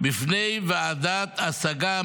בפני ועדת השגה,